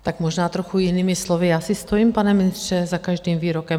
Tak možná trochu jinými slovy, já si stojím, pane ministře, za každým výrokem.